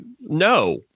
no